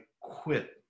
quit